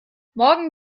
morgen